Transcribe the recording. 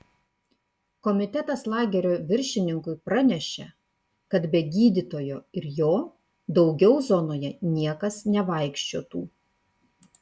komitetas lagerio viršininkui pranešė kad be gydytojo ir jo daugiau zonoje niekas nevaikščiotų